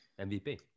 MVP